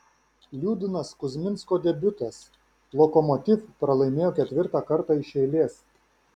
liūdnas kuzminsko debiutas lokomotiv pralaimėjo ketvirtą kartą iš eilės